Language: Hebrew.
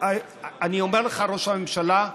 אני אומר לך, ראש הממשלה,